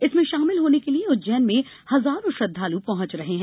इसमें शामिल होने के लिए उज्जैन में हजारों श्रद्वालु पहुंच रहे हैं